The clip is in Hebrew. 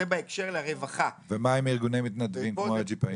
זה בהקשר לרווחה- - ומה עם ארגוני מתנדבים כמו הג'יפאים?